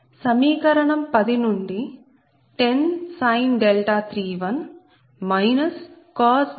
సమీకరణం నుండి 1031 31 2